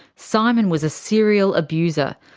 simon was a serial abuser,